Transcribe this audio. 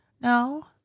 No